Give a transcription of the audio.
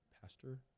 pastor